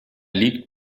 liegt